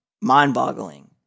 mind-boggling